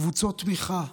קבוצות תמיכה,